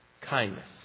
kindness